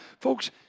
Folks